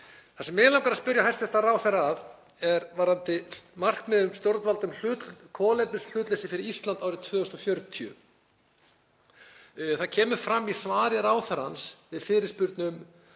Það sem mig langar að spyrja hæstv. ráðherra að er varðandi markmið stjórnvalda um kolefnishlutleysi fyrir Ísland árið 2040. Það kemur fram í svari ráðherrans við fyrirspurn um